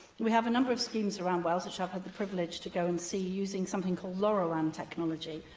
we have a number of schemes around wales, which i've had the privilege to go and see, using something called lorawan technology,